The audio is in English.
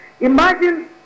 Imagine